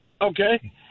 okay